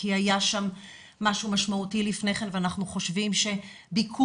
כי היה שם משהו משמעותי לפני כן ואנחנו חושבים שביקור